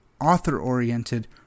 author-oriented